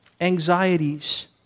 anxieties